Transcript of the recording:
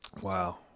wow